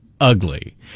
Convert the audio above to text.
ugly